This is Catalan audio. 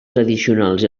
tradicionals